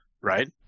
right